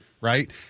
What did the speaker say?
right